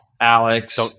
Alex